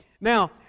Now